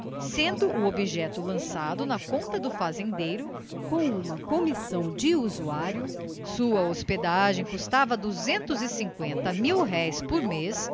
sendo o objeto lançado na conta do fazendeiro com uma comissão de usurário sua hospedagem custava duzentos e cinqüenta mil-réis por